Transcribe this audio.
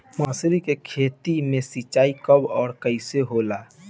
मसुरी के खेती में सिंचाई कब और कैसे होला?